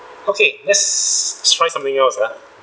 okay let's try something else uh